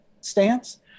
stance